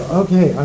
okay